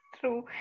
True